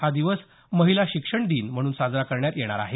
हा दिवस महिला शिक्षण दिन म्हणून साजरा करण्यात येणार आहे